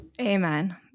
Amen